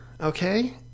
okay